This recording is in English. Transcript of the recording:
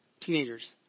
Teenagers